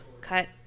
cut